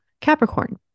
Capricorn